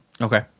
Okay